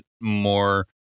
more